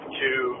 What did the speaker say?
two